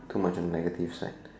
too much on negative side